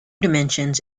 dimensions